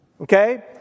okay